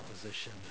opposition